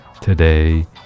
today